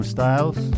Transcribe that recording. Styles